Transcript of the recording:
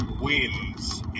wins